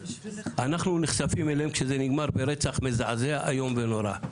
אנחנו נחשפים אליהם כשזה נגמר ברצח מזעזע איום ונורא.